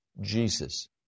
Jesus